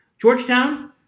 Georgetown